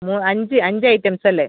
ഓ അഞ്ച് അഞ്ച് ഐറ്റംസ് അല്ലേ